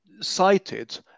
Cited